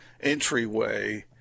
entryway